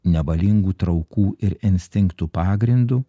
nevalingų traukų ir instinktų pagrindu